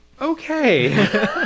Okay